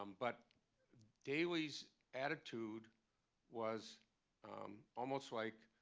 um but daley's attitude was almost like